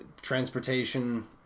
transportation